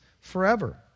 forever